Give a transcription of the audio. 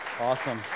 Awesome